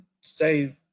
say